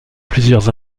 plusieurs